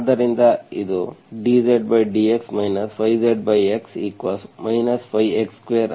ಆದ್ದರಿಂದ ಇದು ಇದು dZdx 5Zx 5 x2